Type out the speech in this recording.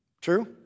True